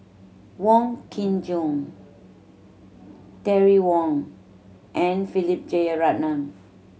Wong Kin Jong Terry Wong and Philip Jeyaretnam